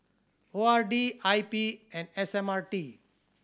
O R D I P and S M R T